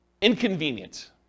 inconvenient